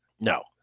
No